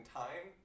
time